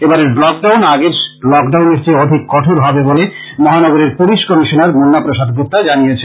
এবারের lockdown আগের লক ডাউনের চেয়ে অধিক কঠোর হবে বলে মহানগরের পুলিশ কমিশনার মুন্না প্রসাদ গুপ্তা জানিয়েছেন